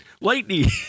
Lightning